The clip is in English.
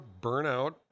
burnout